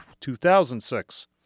2006